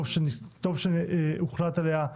טוב שהוחלט עליה.